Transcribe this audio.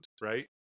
right